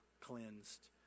cleansed